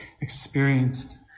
experienced